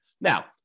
Now